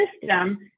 system